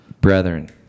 brethren